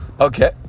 okay